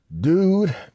Dude